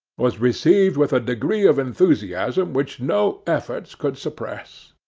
was received with a degree of enthusiasm which no efforts could suppress.